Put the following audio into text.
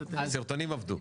הסרטונים עבדו.